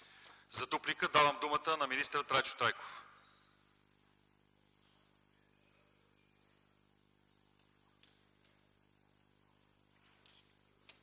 За дуплика давам думата на министър Трайчо Трайков.